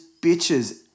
bitches